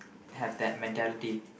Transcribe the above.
have that mentality